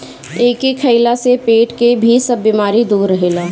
एके खइला से पेट के भी सब बेमारी दूर रहेला